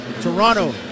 Toronto